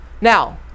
Now